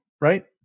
right